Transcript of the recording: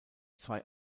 zwei